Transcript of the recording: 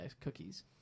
cookies